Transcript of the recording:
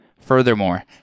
Furthermore